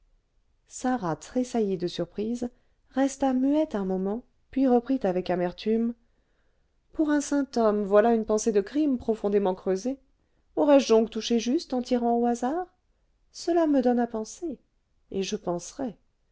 sarah tressaillit de surprise resta muette un moment puis reprit avec amertume pour un saint homme voilà une pensée de crime profondément creusée aurais-je donc touché juste en tirant au hasard cela me donne à penser et je penserai